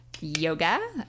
Yoga